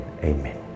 Amen